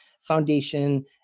Foundation